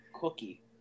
Cookie